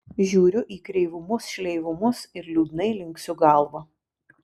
žiūriu į kreivumus šleivumus ir liūdnai linksiu galvą